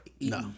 No